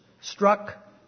struck